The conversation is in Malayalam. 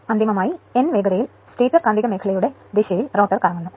അന്തിമമായി n വേഗതയിൽ സ്റ്റേറ്റർ കാന്തിക മേഖലയുടെ ദിശയിൽ റോട്ടോർ കറങ്ങുന്നു